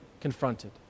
confronted